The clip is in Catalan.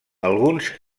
alguns